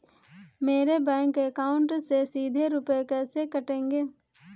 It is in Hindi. मेरे बैंक अकाउंट से सीधे रुपए कैसे कटेंगे?